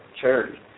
charity